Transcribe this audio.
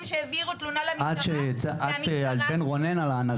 שהעבירו תלונה למשטרה --- את מדברת?